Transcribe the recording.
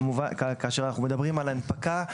כאשר אנחנו מדברים על הנפקה,